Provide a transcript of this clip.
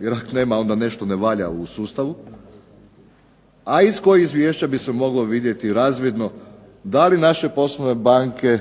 Jer ako nema onda nešto ne valja u sustavu, a iz kojeg izvješća bi se moglo vidjeti razvidno da li naše poslovne banke